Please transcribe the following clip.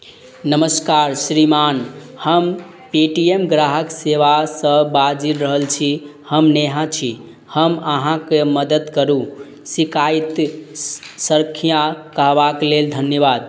नमस्कार श्रीमान हम पेटीएम ग्राहक सेवासँ बाजि रहल छी हम नेहा छी हम अहाँके मदद करू सिकायत सङ्ख्या कहबाके लेल धन्यवाद